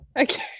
okay